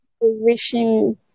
wishing